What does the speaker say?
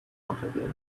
amphibians